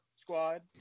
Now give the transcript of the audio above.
squad